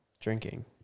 drinking